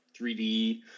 3D